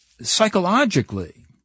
psychologically